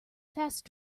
fast